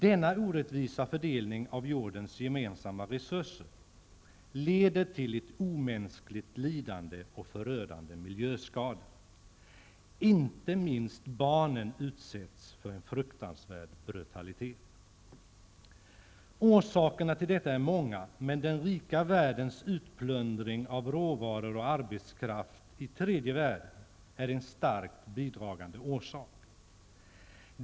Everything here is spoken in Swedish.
Denna orättvisa fördelning av jordens gemensamma resurser leder till ett omänskligt lidande och till förödande miljöskador. Inte minst barnen utsetts för en fruktansvärd brutalitet. Orsakerna till detta är många, men den rika världens utplundring av råvaror och arbetskraft i tredje världen är en starkt bidragande orsak.